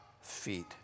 feet